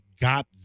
got